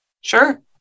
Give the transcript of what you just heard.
Sure